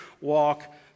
walk